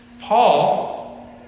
Paul